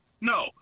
No